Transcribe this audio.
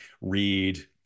read